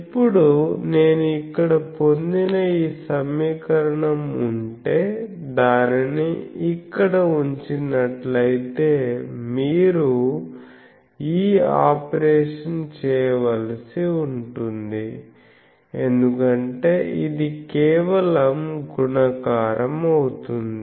ఇప్పుడు నేను ఇక్కడ పొందిన ఈ సమీకరణం ఉంటే దానిని ఇక్కడ ఉంచినట్లయితే మీరు ఈ ఆపరేషన్ చేయవలసి ఉంటుంది ఎందుకంటే ఇది కేవలం గుణకారం అవుతుంది